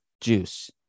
juice